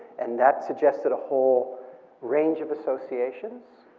and that suggested a whole range of associations,